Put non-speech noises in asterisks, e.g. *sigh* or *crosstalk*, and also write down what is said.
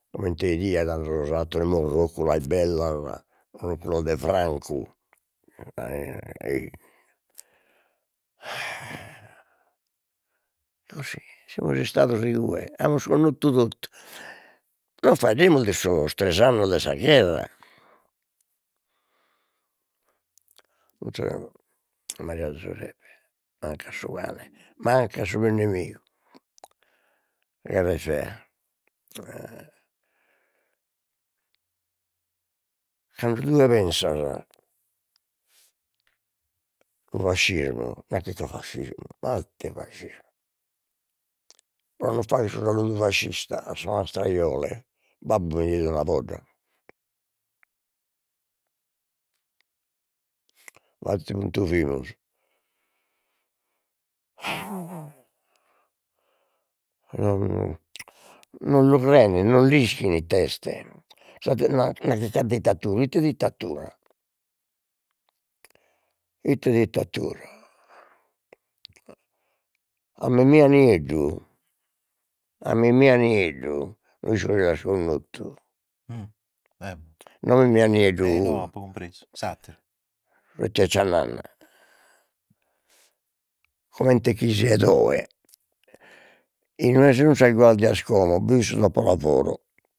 Comente 'idia sos atteros morroculas bellas morroculas de francu *hesitation* ei a e *unintelligible* semus istados igue, amus connotu totu, non faeddemus de sos tres annos de sa gherra *unintelligible* 'Esu Maria Zuseppe, manc'a su cane, manc'a su peus nemigu, sa gherra est fea, *hesitation* cando tue pensas su fascismu, partito fascismo, ma ite fascismu, pro non fagher su saludu fascista a sa mastra Iole, babbu mi deit una podda, a ite puntu fimus *hesitation* no no non lu creen non l'ischin it'est sa di ma c'at c'at dittatura, ite dittatura ite dittatura, a Mimmia Nieddu a Mimmia Nieddu no isco si l'as connotu *noise* no Mimmia Nieddu *noise* su 'e Cecciannanna, comente chi siet oe inue sun sas guardias como bi fit su dopolavoro